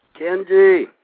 Kenji